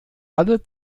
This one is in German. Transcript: alle